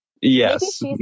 yes